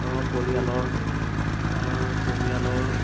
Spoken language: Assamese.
আৰু পৰিয়ালৰ পৰিয়ালৰ